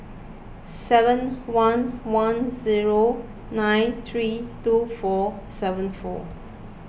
seven one one zero nine three two four seven four